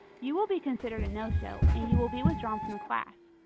you will be considered a no show and you will be withdrawn from the class.